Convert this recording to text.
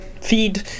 feed